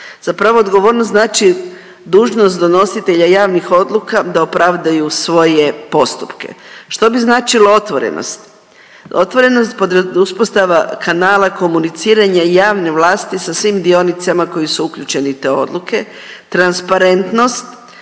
Zapravo odgovornost znači dužnost donositelja javnih odluka da opravdaju svoje postupke. Što bi značilo otvorenost? Otvorenost podrazumijeva uspostava kanala komuniciranja javne vlasti sa svim dionicama koji su uključeni u te odluke. Transparentnost